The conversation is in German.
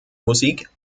musik